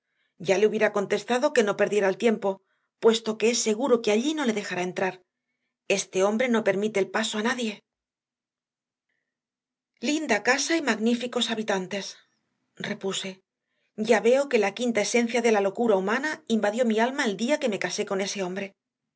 extraordinario ya lehubiera contestado queno perdiera eltiempo puesto que es seguro que allí no le dejará entrar e ste hombre no permiteelpasoa nadie linda casa y magníficos habitantes repuse ya veo que la quintaesencia de la locura humana invadió mialma eldía que me casé con ese hombre